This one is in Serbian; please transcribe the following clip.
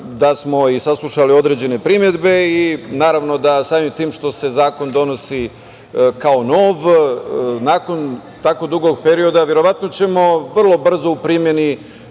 da smo saslušali i određene primedbe i naravno, da samim tim što se zakon donosi kao nov, nakon tako dugog perioda verovatno ćemo vrlo brzo u primeni